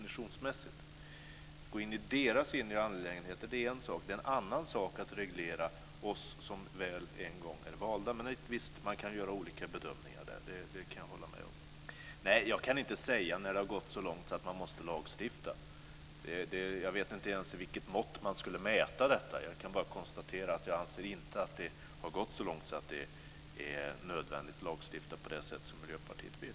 Att gå in i deras inre angelägenheter är en sak. Det är en annan sak att reglera oss som en gång väl är valda. Men visst kan man göra olika bedömningar där, det kan jag hålla med om. Jag kan inte säga när det har gått så långt att man måste lagstifta. Jag vet inte ens med vilket mått man skulle mäta detta. Jag kan bara konstatera att jag inte anser att det har gått så långt att det är nödvändigt att lagstifta på det sätt som Miljöpartiet vill.